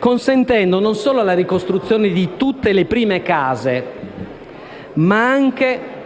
consentendo non solo la ricostruzione di tutte le prime case ma anche,